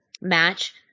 match